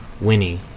Winnie